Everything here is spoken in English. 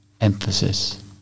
emphasis